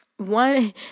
One